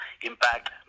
impact